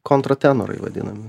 kontra tenorai vadinami